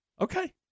Okay